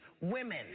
women